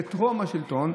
בטרום השלטון.